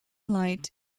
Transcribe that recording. light